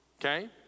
okay